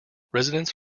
residents